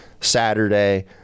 Saturday